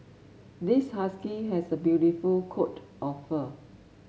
this husky has a beautiful coat of fur